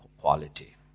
quality